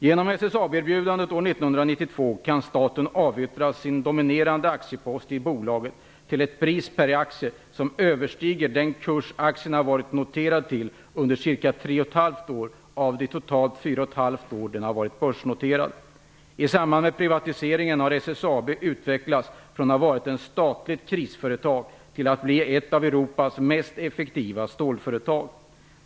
Genom SSAB-erbjudandet år 1992 kan staten avyttra sin dominerande aktiepost i bolaget till ett pris per aktie som överstiger den kurs aktien har varit noterad till under ca 3,5 år av de totalt 4,5 år den har varit börsnoterad. utvecklats från att ha varit ett statligt krisföretag till att bli ett av Europas mest effektiva stålföretag.